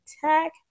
Tech